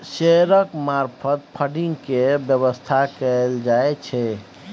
शेयरक मार्फत फडिंग केर बेबस्था कएल जाइ छै